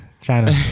China